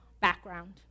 background